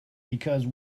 because